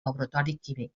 laboratori